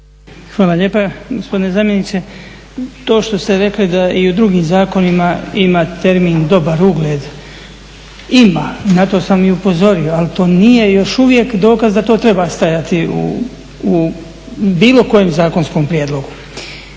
Hvala lijepa. Gospodine zamjeniče, to što ste rekli da i u drugim zakonima ima termin dobar ugled, ima, na to sam i upozorio, ali to nije još uvijek dokaz da to treba stajati u bilo kojem zakonskom prijedlogu.